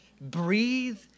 breathe